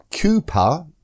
Cooper